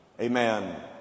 Amen